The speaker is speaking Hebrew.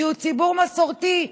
שהוא ציבור מסורתי,